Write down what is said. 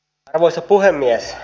arvoisa puhemies